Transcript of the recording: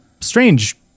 strange